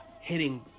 hitting